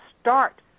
start